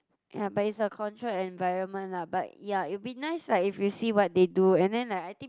ya but it's a controlled environment lah but ya it'll be nice lah if you see what they do and then like I think